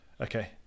Okay